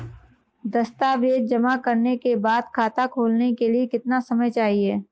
दस्तावेज़ जमा करने के बाद खाता खोलने के लिए कितना समय चाहिए?